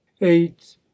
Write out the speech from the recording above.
eight